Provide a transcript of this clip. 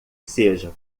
seja